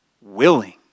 willing